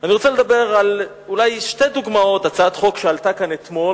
אני רוצה לדבר על שתי דוגמאות: הצעת חוק שעלתה פה אתמול